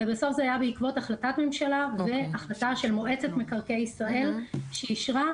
ובסוף זה היה בעקבות החלטת ממשלה והחלטה של מועצת מקרקעי ישראל שאישרה,